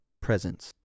presence